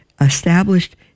established